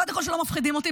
קודם כול, שלא מפחידים אותי.